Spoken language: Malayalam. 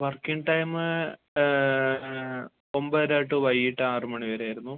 വർക്കിംഗ് ടൈമ് ഒമ്പതര ടൂ വൈകിട്ട് ആറുമണി വരെയായിരുന്നു